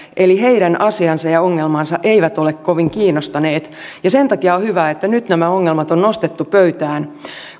eli heidän asiansa ja ongelmansa eivät ole kovin kiinnostaneet ja sen takia on hyvä että nämä ongelmat on nyt nostettu pöytään